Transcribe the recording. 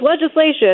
legislation